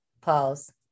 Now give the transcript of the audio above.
Pause